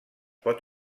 pot